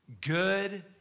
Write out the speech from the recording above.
Good